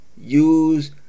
use